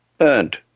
Earned